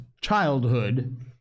childhood